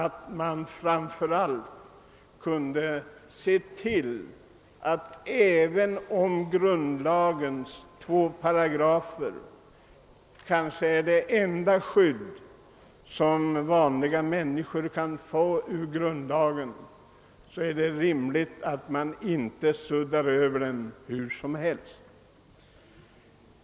Folket borde också kunna kräva att de två enda grundlagsparagrafer som kan erbjuda vanliga människor skydd inte suddas över hur som helst.